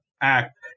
act